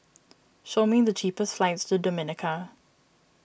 show me the cheapest flights to Dominica